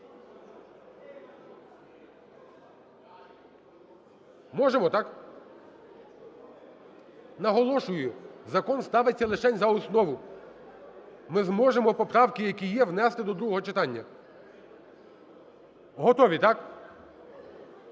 Можемо, так? Наголошую, закон ставиться лишень за основу. Ми зможемо поправки, які є внести до другого читання. Готові, так?